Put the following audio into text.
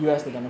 okay